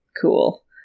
cool